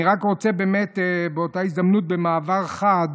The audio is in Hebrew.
אני רק רוצה באמת באותה הזדמנות, במעבר חד,